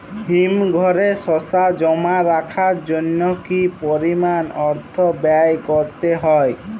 হিমঘরে শসা জমা রাখার জন্য কি পরিমাণ অর্থ ব্যয় করতে হয়?